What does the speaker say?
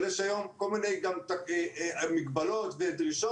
אבל יש היום כל מיני מגבלות ודרישות